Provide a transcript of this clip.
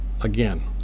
Again